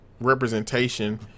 representation